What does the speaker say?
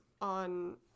on